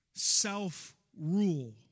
Self-rule